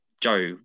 Joe